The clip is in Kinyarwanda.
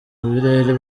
birere